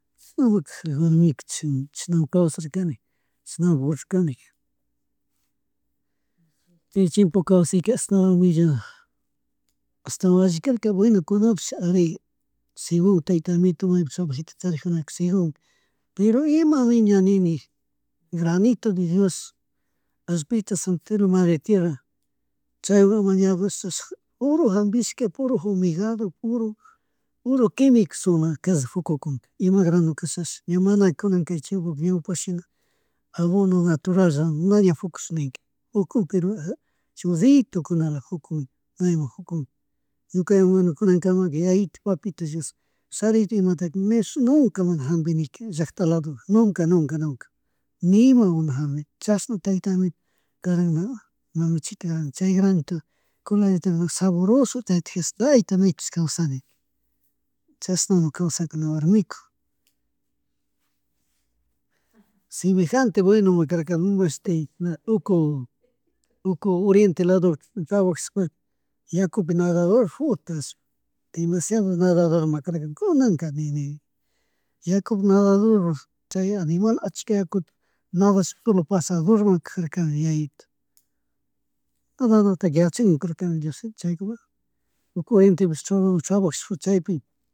Chishnama kajarka warmiku, chishnama kawsarkani chisnama urashkani. Chay chiempo kawsayka ashtawan illak, ashtawan alki karak buen kunanpish alli segun tayta amito maypig trabajututa charijuna segun, pero imami ña nini, granitu de dios allpita soteromari tierra chay amañadush, puri jambishka puro nfumigado, puro quimishkulawan akallo fukukun ima granokashash ña mana kunaka chay chiempo ñawpa shina abono naturalla nadie fukushaninka uku pero chullitukunala fukun kaymun fukun ñuka iamka mana yayitu papito dios sarita imataka nishuk nunka mana jambinika llakta ladupika nunk nunka, nimawan mana jambikuni, chashantayta amito karanlama chay granitukuna coladita sabroso chaytijash, chayta mikush kawsanika. Chashnami kawsakuni warmiku. Semejante buenomi karka mashti uku, uku oriente lado trabajashpaka yakupi nadador futa, shuk demasido nadadorma karkani kunaka ni ni yakupuk nadado chay animal ashka yakupi nadashpa solo pasadorma kajarkani yayitu, nadanataka yachani para que diosito chaykamala, uku intipish trajashpa cahypimi